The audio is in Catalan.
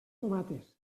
tomates